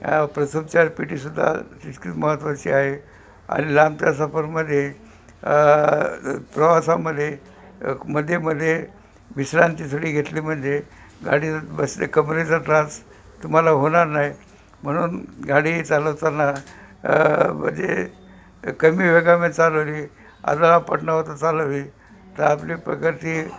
या पेटीसुद्धा तितकीच महत्त्वाची आहे आणि लांबच्या सफरमध्ये प्रवासामध्ये मध्ये मध्ये विश्रांती थोडी घेतली म्हणजे गाडीत बसले कमरेचा त्रास तुम्हाला होणार नाही म्हणून गाडी चालवताना म्हणजे कमी वेगामध्ये चालवली आदळआपट न होता चालवली तर आपली प्रकृती